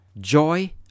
Joy